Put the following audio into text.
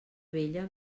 vella